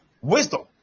wisdom